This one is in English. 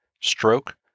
stroke